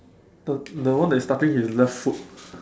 the the one that is touching his left foot